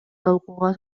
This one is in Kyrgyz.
талкууга